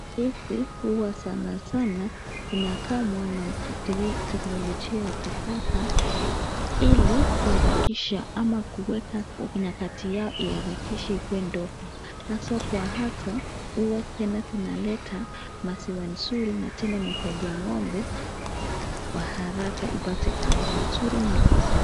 Hizi huwa sanasana zinakamwa na teknolojia ya kisasa ili kuharakisha ama kuweka nyakati yao iharakishe ikuwe ndogo. Hasa kwa hasa huwa tena zinaleta maziwa nzuri na tena inasaidia ng'ombe kwa haraka ipate afya nzuri na ngozi.